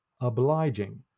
obliging